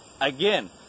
Again